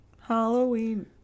Halloween